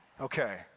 Okay